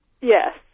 Yes